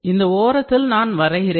இந்த ஓரத்தில் நான் வரைகிறேன்